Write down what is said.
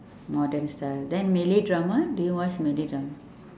modern style then malay drama do you watch malay drama